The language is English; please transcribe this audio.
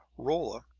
rolla,